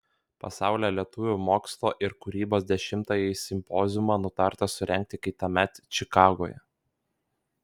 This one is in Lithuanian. pasaulio lietuvių mokslo ir kūrybos dešimtąjį simpoziumą nutarta surengti kitąmet čikagoje